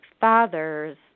father's